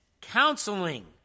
counseling